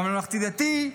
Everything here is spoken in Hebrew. בממלכתי-דתי,